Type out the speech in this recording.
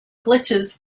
glitches